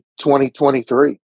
2023